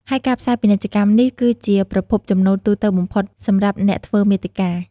ហើយការផ្សាយពាណិជ្ជកម្មនេះ គឺជាប្រភពចំណូលទូទៅបំផុតសម្រាប់អ្នកធ្វើមាតិកា។